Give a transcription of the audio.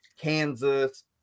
Kansas